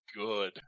Good